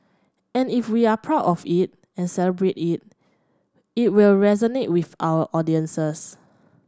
and if we are proud of it and celebrate it it will resonate with our audiences